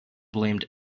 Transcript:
blamed